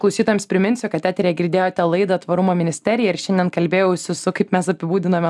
klausytojams priminsiu kad eteryje girdėjote laidą tvarumo ministerija ir šiandien kalbėjausi su kaip mes apibūdinome